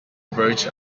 verge